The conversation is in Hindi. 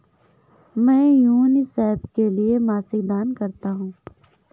मैं यूनिसेफ के लिए मासिक दान करता हूं